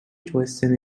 twisting